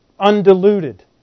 Undiluted